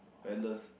paddlers